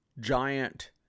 giant